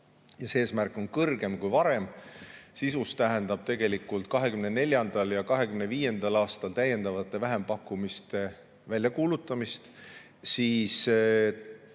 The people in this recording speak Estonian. ja see eesmärk on kõrgem kui varem, sisus tähendab tegelikult 2024. ja 2025. aastal täiendavate vähempakkumiste väljakuulutamist, siis